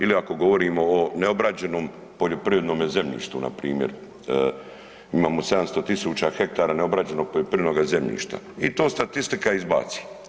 Ili ako govorimo o neobrađenom poljoprivrednome zemljištu, npr. imamo 700 tisuća hektara neobrađenog poljoprivrednoga zemljišta i to statistika izbaci.